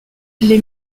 les